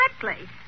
correctly